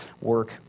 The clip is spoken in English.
work